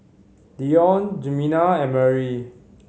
Deion Jemima and Marie